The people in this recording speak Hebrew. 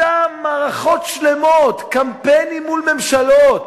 עשתה מערכות שלמות, קמפיינים מול ממשלות,